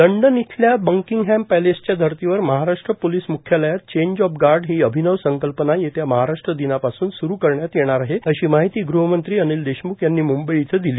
London येथील Buckingham पक्षेसच्या धर्तीवर महाराष्ट्र पोलीस मुख्यालयात चेंज ऑफ गार्ड ही अभिनव संकल्पना येत्या महाराष्ट्र दिनापासून स्रू करण्यात येणार आहे अशी माहिती गृहमंत्री अनिल देशमुख यांनी मुंबई इथं दिली